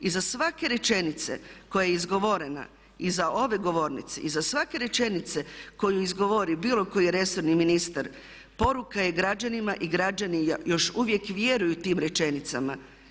Iza svake rečenice koja je izgovorena iza ove govornice, iza svake rečenice koju izgovori bilo koji resorni ministar poruka je građanima i građani još uvijek vjeruju tim rečenicama.